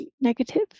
negative